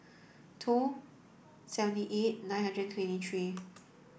two seventy eight nine hundred twenty three